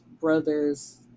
brother's